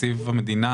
תקציב המדינה,